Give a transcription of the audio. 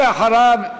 אחריו,